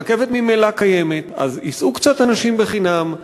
הרכבת ממילא קיימת, אז ייסעו קצת אנשים בחינם.